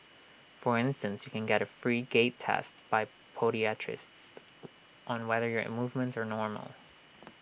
for instance you can get A free gait test by podiatrists on whether your movements are normal